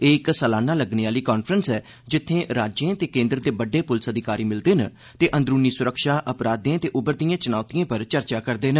ए इक सलाना लग्गने आली कांफ्रेंस ऐ जित्थे राज्यें ते केन्द्र दे बड्डे प्लिस अधिकारी मिलदे न ते अंदरुनी स्रक्षा अपराधें ते उभरदी च्नौतियें पर चर्चा करदे न